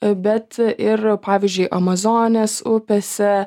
bet ir pavyzdžiui amazonės upėse